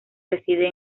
reside